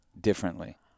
differently